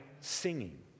singing